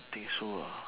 think so ah